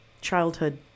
childhood